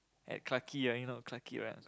at Clarke-Quay ah you know Clarke-Quay right